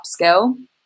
upskill